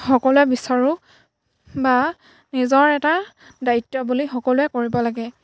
সকলোৱে বিচাৰোঁ বা নিজৰ এটা দায়িত্ব বুলি সকলোৱে কৰিব লাগে